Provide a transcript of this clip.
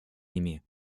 ими